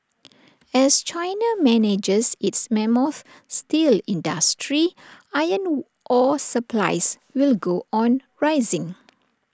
as China manages its mammoth steel industry iron ore supplies will go on rising